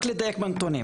רק לדייק בנתונים.